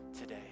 today